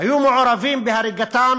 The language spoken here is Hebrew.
היו מעורבים בהריגתם